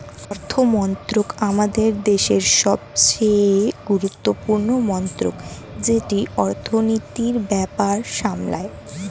অর্থমন্ত্রক আমাদের দেশের সবচেয়ে গুরুত্বপূর্ণ মন্ত্রক যেটি অর্থনীতির ব্যাপার সামলায়